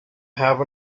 have